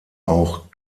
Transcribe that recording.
auch